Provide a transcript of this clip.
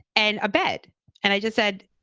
and abed and i just said,